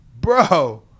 Bro